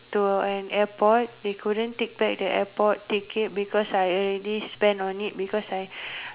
to an airport they couldn't take back the airport ticket because I already spend on it because I